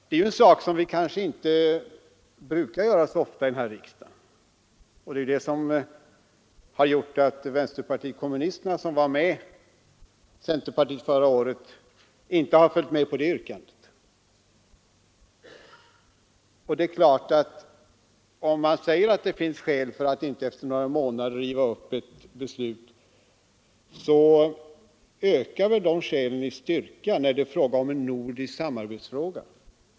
Det är något som vi inte brukar göra så ofta i denna riksdag, och det är detta som gjort att vänsterpartiet kommunisterna, som var med centerpartiet förra året, inte har följt med på det här yrkandet. Det är klart att om man anser att det kan finnas skäl för att inte efter några månader riva upp ett beslut, så ökar dessa skäl i styrka när det är fråga om en nordisk samarbetsfråga.